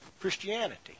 Christianity